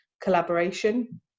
collaboration